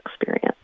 experience